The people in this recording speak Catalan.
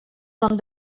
són